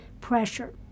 pressure